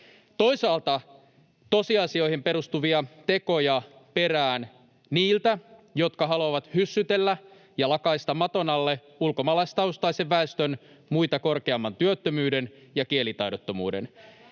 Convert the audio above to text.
Toisaalta tosiasioihin perustuvia tekoja perään niiltä, jotka haluavat hyssytellä ja lakaista maton alle ulkomaalaistaustaisen väestön muita korkeamman työttömyyden ja kielitaidottomuuden.